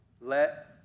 let